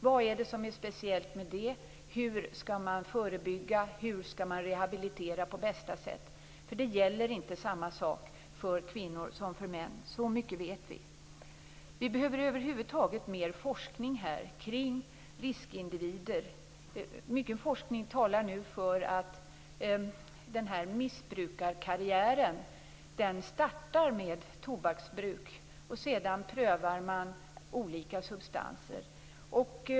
Vad är det som är speciellt med det? Hur skall man förebygga? Hur skall man rehabilitera på bästa sätt? Det gäller inte samma sak för kvinnor som för män - så mycket vet vi. Vi behöver över huvud taget mer forskning kring riskindivider. Mycken forskning talar nu för att missbrukarkarriären startar med tobaksbruk, och sedan prövar man olika substanser.